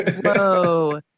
Whoa